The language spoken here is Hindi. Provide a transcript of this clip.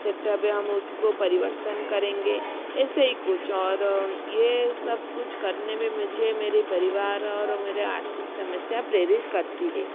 सेटप है हम उसको परिवर्तन करेंगे ऐसे ही कुछ और ये सबकुछ करने में मुझे मेरी परिवार और मेरे आर्थिक समस्या प्रेरित करती है